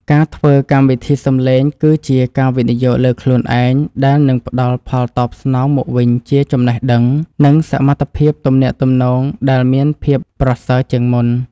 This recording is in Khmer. ការធ្វើកម្មវិធីសំឡេងគឺជាការវិនិយោគលើខ្លួនឯងដែលនឹងផ្តល់ផលតបស្នងមកវិញជាចំណេះដឹង និងសមត្ថភាពទំនាក់ទំនងដែលមានភាពប្រសើរជាងមុន។